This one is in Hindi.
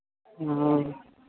हाँ और